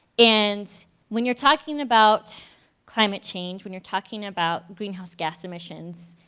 and when you're talking about climate change, when you're talking about greenhouse gas emissions,